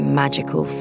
magical